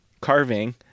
carving